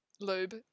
lube